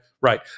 Right